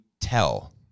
tell